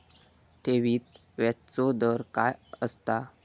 ठेवीत व्याजचो दर काय असता?